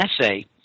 essay